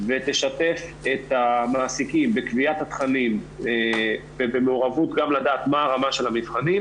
ותשתף את המעסיקים בקביעת התכנים ובמעורבות גם לדעת מה הרמה של המבחנים,